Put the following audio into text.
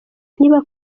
niba